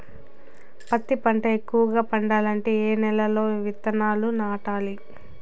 పత్తి పంట ఎక్కువగా పండాలంటే ఏ నెల లో విత్తనాలు నాటాలి?